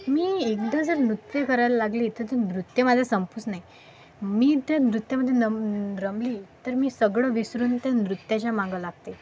मी एकदा जर नृत्य करायला लागली तर ते नृत्य माझं संपूच नये मी त्या नृत्यामध्ये नम रमली तर मी सगळं विसरून त्या नृत्याच्या मागं लागते